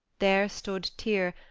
there stood tyr,